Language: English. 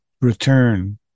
return